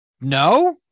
No